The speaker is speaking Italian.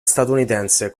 statunitense